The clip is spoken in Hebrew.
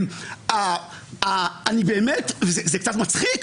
זה קצת מצחיק,